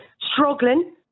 struggling